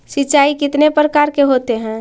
सिंचाई कितने प्रकार के होते हैं?